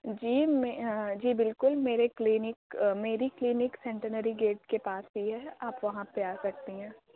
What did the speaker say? جی میں جی بالکل میرے کلینک میری کلینک سینٹینری گیٹ کے پاس بھی ہے آپ وہاں پہ آ سکتی ہیں